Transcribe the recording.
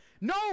No